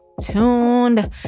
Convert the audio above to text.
tuned